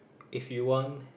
if you won